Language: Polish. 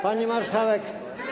Pani Marszałek!